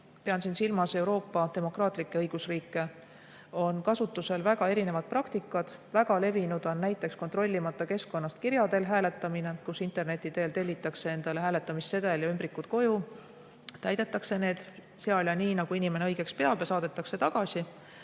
pean siin silmas Euroopa demokraatlikke õigusriike – on kasutusel väga erinevad praktikad. Väga levinud on näiteks kontrollimata keskkonnast kirja teel hääletamine: interneti teel tellitakse endale hääletamissedel ja ümbrikud koju, täidetakse need seal ja nii, nagu inimene õigeks peab, ja saadetakse tagasi.